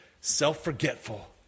self-forgetful